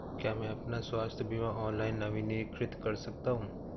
क्या मैं अपना स्वास्थ्य बीमा ऑनलाइन नवीनीकृत कर सकता हूँ?